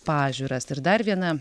pažiūras ir dar viena